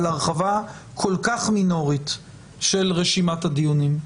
על הרחבה כל כך מינורית של רשימת הדיונים.